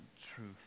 truth